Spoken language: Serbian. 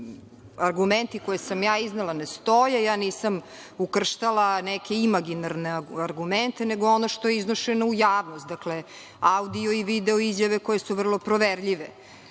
da argumenti koje sam ja iznela ne stoje. Ja nisam ukrštala neke imaginarne argumente, nego ono što je iznošeno u javnost, dakle, audio i video izjave koje su vrlo proverljive.